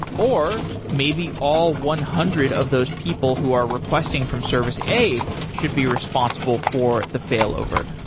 or maybe all one hundred of those people who are requesting from service a should be responsible for the fail over.